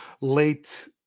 late